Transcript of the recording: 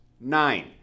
nine